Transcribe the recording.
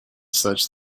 such